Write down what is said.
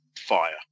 fire